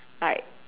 like